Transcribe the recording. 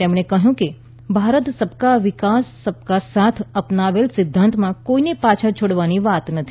તેમણે કહયું કે ભારતે સબકા સાથ સબકા વિકાસના અપનાવેલા સિધ્ધાંતમાં કોઇને પાછળ છોડવાની વાત નથી